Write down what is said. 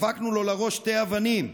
דפקנו לו לראש שתי אבנים.